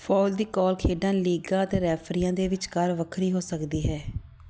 foul ਦੀ ਕਾਲ ਖੇਡਾਂ ਲੀਗਾਂ ਅਤੇ ਰੈਫਰੀਆਂ ਦੇ ਵਿਚਕਾਰ ਵੱਖਰੀ ਹੋ ਸਕਦੀ ਹੈ